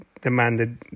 demanded